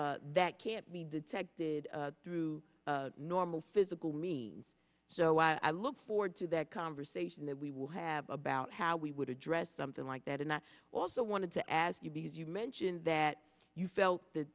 similar that can't be detected through normal physical means so i look forward to that conversation that we will have about how we would address something like that and i also want to ask you because you mentioned that you felt that